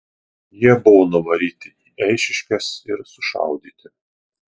jie buvo nuvaryti į eišiškes ir sušaudyti